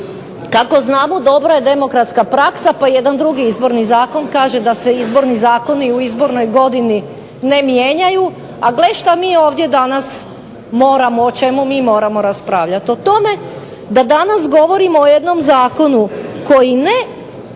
kako znamo dobra je demokratska praksa pa jedan drugi izborni zakon kaže da se izborni zakoni u izbornoj godini ne mijenjaju. A gle šta mi ovdje danas moramo, o čemu mi moramo raspravljati? O tome da danas govorimo o jednom zakonu koji ne